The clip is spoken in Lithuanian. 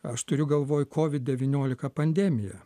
aš turiu galvoj covid devyniolika pandemiją